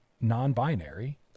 non-binary